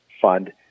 fund